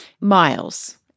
Miles